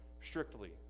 strictly